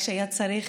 כשהיה צריך,